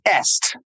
est